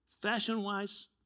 Fashion-wise